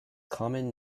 common